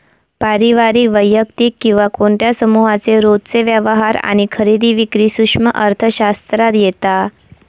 पारिवारिक, वैयक्तिक किंवा कोणत्या समुहाचे रोजचे व्यवहार आणि खरेदी विक्री सूक्ष्म अर्थशास्त्रात येता